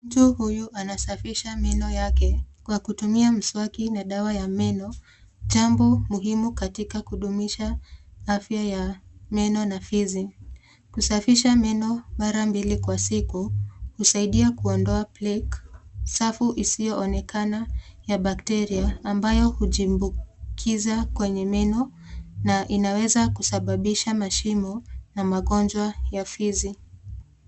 Mtu huyu anasafisha meno yake kwa kutumia mswaki na dawa ya meno, jambo muhimu katika kudumisha afya ya meno na fizi. Kusafisha meno mara mbili kwa siku husaidia kuondoa plaque , safu isiyoonekana ya bakteria, ambayo hujimbukiza kwenye meno na inaweza kusababisha mashimo na magonjwa ya fizi.